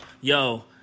yo